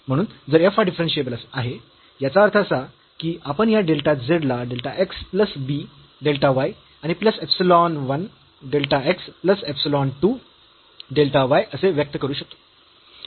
म्हणून जर f हा डिफरन्शियेबल आहे याचा अर्थ असा की आपण या डेल्टा z ला delta x plus b delta y आणि plus epsilon 1 delta x plus epsilon 2 delta y असे व्यक्त करू शकतो